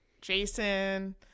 Jason